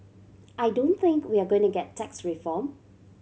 I don't think we're going to get tax reform